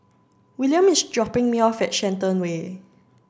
William is dropping me off at Shenton Way